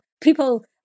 people